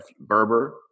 Berber